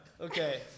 Okay